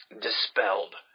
dispelled